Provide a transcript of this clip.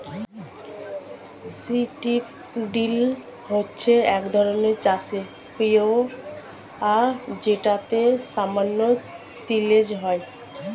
strip drill হচ্ছে একধরনের চাষের প্রক্রিয়া যেটাতে সামান্য তিলেজ হয়